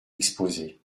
exposé